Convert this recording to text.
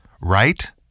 Right